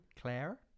Claire